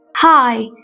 Hi